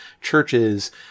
churches